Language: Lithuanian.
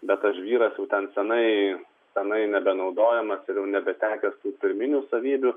bet tas žvyras jau ten senai senai nebenaudojamas ir jau nebetekęs tų pirminių savybių